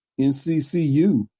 NCCU